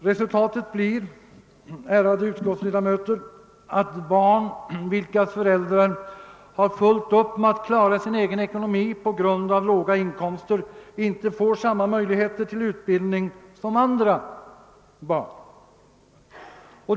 Resultatet blir, ärade utskottsledamöter, att barn, vilkas förädrar har fullt upp med att klara sin egen ekonomi på grund av låga inkomster, inte får samma möjligheter till utbildning som andra barn.